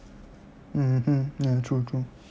mmhmm ya true true